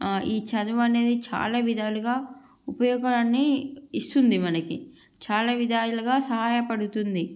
ఆ ఈ చదువు అనేది చాలా విధాలుగా ఉపయోగకరాన్ని ఇస్తుంది మనకి చాలా విధాలుగా సహాయపడుతుంది